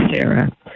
Sarah